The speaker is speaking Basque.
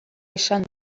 esan